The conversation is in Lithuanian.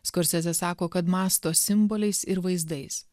skorsezė sako kad mąsto simboliais ir vaizdais